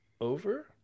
over